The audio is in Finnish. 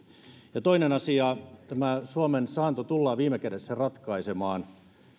toinen asia tämä suomen saanto tullaan viime kädessä ratkaisemaan